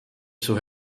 sus